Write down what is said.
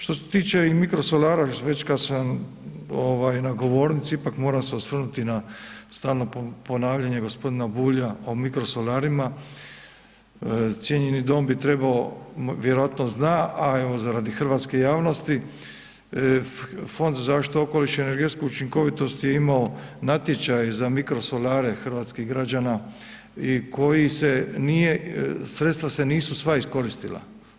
Što se tiče i mikrosolara već kad sam na govornici, ipak moram se osvrnuti na stalno ponavljanje g. Bulja o mikrosolarima, cijenjeni dom bi trebao, vjerovatno zna a evo za radi hrvatske javnosti, Fond za zaštitu okoliša i energetsku učinkovitost je imao natječaj za mikrosolare hrvatskih građana i koji se nije, sredstva se nisu sva iskoristila.